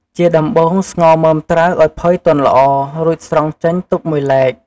ជាដំបូង ស្ងោរមើមត្រាវឱ្យផុយទន់ល្អ រួចស្រង់ចេញទុកមួយឡែក។